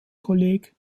kolleg